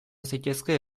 zaitezke